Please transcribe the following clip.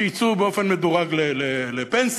שיצאו באופן מדורג לפנסיה.